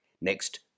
Next